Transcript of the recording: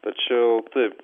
tačiau taip